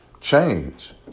change